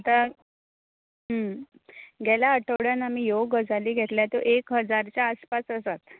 आतां गेल्या आठवड्यान आमी ह्यो गजाली घेतल्या त्यो एक हजारच्या आसपास आसात